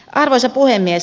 arvoisa puhemies